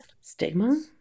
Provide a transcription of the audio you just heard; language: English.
Stigma